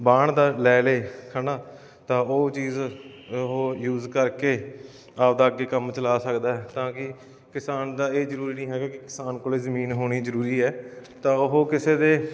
ਵਾਹੁਣ ਦਾ ਲੈ ਲਏ ਹੈ ਨਾ ਤਾਂ ਉਹ ਚੀਜ਼ ਉਹ ਯੂਜ਼ ਕਰਕੇ ਆਪਦਾ ਅੱਗੇ ਕੰਮ ਚਲਾ ਸਕਦਾ ਹੈ ਤਾਂ ਕਿ ਕਿਸਾਨ ਦਾ ਇਹ ਜ਼ਰੂਰੀ ਨਹੀਂ ਹੈਗਾ ਕਿ ਕਿਸਾਨ ਕੋਲ ਜ਼ਮੀਨ ਹੋਣੀ ਜ਼ਰੂਰੀ ਹੈ ਤਾਂ ਉਹ ਕਿਸੇ ਦੇ